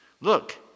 Look